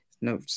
no